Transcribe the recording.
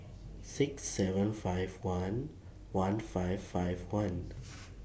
six seven five one one five five one